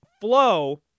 flow